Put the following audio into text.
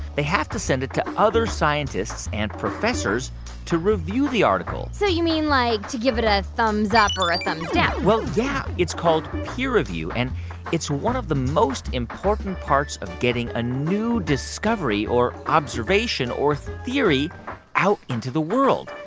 they have to send it to other scientists and professors to review the article so you mean like to give it a thumbs-up or a thumbs-down? well, yeah. it's called peer review. and it's one of the most important parts of getting a new discovery or observation or theory out into the world.